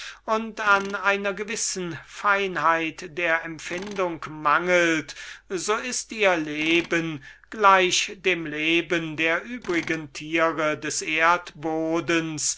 und an einer gewissen zärtlichkeit der empfindung mangelt so ist ihr leben gleich dem leben der übrigen tiere des erdbodens